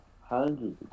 hundreds